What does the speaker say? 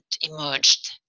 emerged